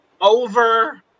Over